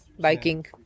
biking